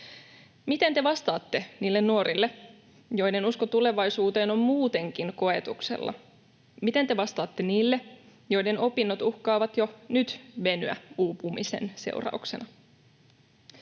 Miten te vastaatte niille nuorille, joiden usko tulevaisuuteen on muutenkin koetuksella? Miten te vastaatte niille, joiden opinnot uhkaavat jo nyt venyä uupumisen seurauksena?